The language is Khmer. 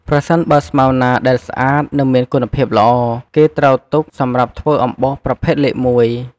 ប្រសិនបើផ្កាស្មៅណាដែលស្អាត និងមានគុណភាពល្អ នឹងត្រូវទុកសម្រាប់ធ្វើអំបោសប្រភេទលេខ១។